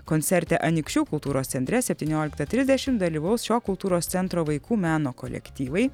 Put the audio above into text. koncerte anykščių kultūros centre septynioliktą trisdešimt dalyvaus šio kultūros centro vaikų meno kolektyvai